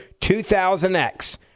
2000X